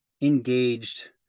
engaged